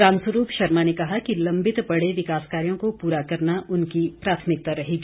रामस्वरूप शर्मा ने कहा कि लम्बित पड़े विकासकार्यों को पूरा करना उनकी प्राथमिकता रहेगी